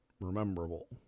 rememberable